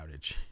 outage